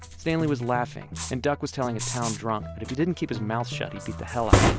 stanley was laughing. and duck was telling a town drunk that but if he didn't keep his mouth shut, he'd beat the hell out of